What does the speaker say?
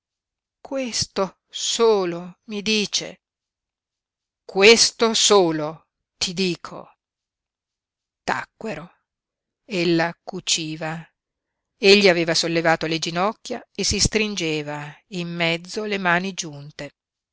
piú questo solo mi dice questo solo ti dico tacquero ella cuciva egli aveva sollevato le ginocchia e si stringeva in mezzo le mani giunte